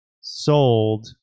sold